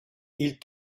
ils